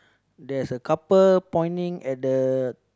there's a couple poniting at the